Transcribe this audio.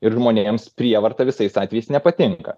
ir žmonėms prievarta visais atvejais nepatinka